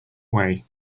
way